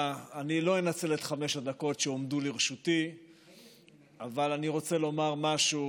שלא כמנהגי אני אסיים שנייה אחת לפני הזמן ולא אדרוש ממך עוד תוספת זמן.